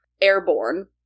airborne